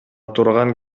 турган